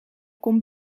kon